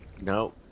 No